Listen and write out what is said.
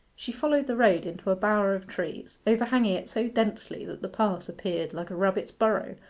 she followed the road into a bower of trees, overhanging it so densely that the pass appeared like a rabbit's burrow,